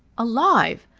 alive.